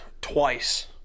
twice